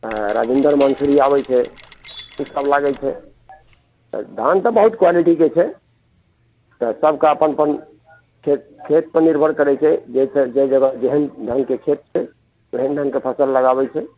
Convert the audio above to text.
हँ राजिन्द्र मंसुरी आबै छै ई सब लागै छै तऽ धान तऽ बहुत क्वालिटीके छै तऽ सबके अपन अपन खेत खेत पर निर्भर करै छै जैसे जहि जगह जेहन ढङ्गके खेत छै ओहन ढङ्गके फसल लगाबै छै